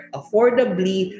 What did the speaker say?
affordably